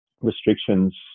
restrictions